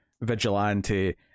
vigilante